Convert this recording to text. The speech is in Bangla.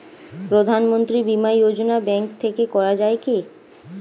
প্রধানমন্ত্রী বিমা যোজনা ব্যাংক থেকে করা যায় কি?